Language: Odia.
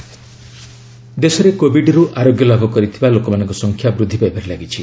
କୋବିଡ୍ ଷ୍ଟାଟସ୍ ଦେଶରେ କୋବିଡରୁ ଆରୋଗ୍ୟ ଲାଭ କରୁଥିବା ଲୋକମାନଙ୍କ ସଂଖ୍ୟା ବୃଦ୍ଧି ପାଇବାରେ ଲାଗିଛି